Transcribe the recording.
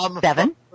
Seven